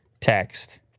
text